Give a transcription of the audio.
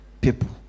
people